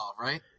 right